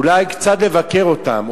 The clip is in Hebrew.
אולי קצת לבקר אותם,